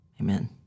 Amen